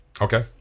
Okay